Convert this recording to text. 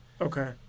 Okay